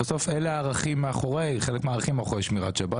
בסוף אלה הערכים מאחורי שמירת שבת.